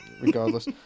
regardless